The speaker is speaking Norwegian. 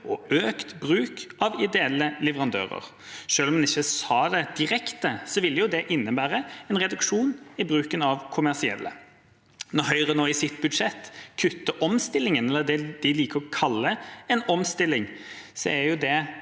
og økt bruk av ideelle leverandører. Selv om en ikke sa det direkte, ville jo det innebære en reduksjon i bruken av kommersielle. Når Høyre nå i sitt budsjett kutter i omstillingen – eller det de liker å kalle en omstilling – er jo